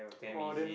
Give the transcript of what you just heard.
oh then